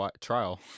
trial